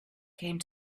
came